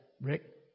Rick